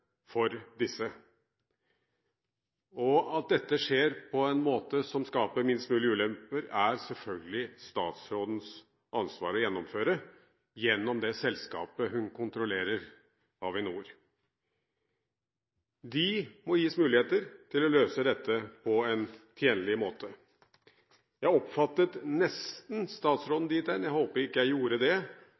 for disse. At dette skjer på en måte som skaper færrest mulig ulemper, er selvfølgelig statsrådens ansvar å gjennomføre gjennom det selskapet hun kontrollerer – Avinor. De må gis muligheter til å løse dette på en tjenlig måte. Jeg oppfattet nesten statsråden dit hen – jeg håper ikke jeg gjorde det